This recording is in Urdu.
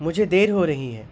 مجھے دیر ہو رہی ہے